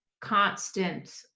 constant